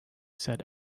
said